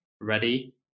ready